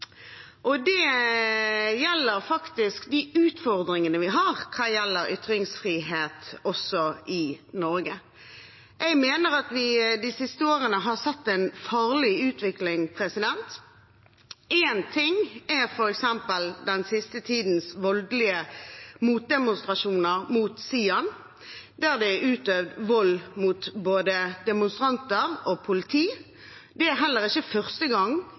og det gjelder de utfordringene vi har hva gjelder ytringsfrihet, også i Norge. Jeg mener at vi de siste årene har sett en farlig utvikling. Én ting er f.eks. den siste tidens voldelige motdemonstrasjoner mot SIAN, der det er utøvd vold mot både demonstranter og politi. Det er heller ikke første gang.